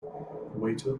waiter